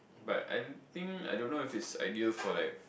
but I don't think I don't know if it's ideal for like